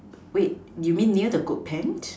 wait you mean near the goat pant